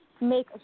make